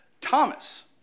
Thomas